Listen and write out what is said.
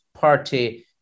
party